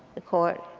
the court